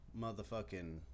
motherfucking